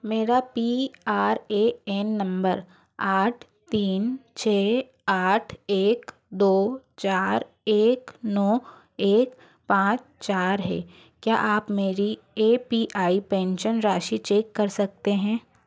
मेरा P R A N number आठ तीन छ आठ एक दो चार एक नौ एक पाँच चार है क्या आप मेरी ए पी आई पेंशन राशि चेक कर सकते हैं